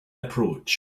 approached